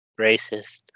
Racist